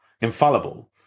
infallible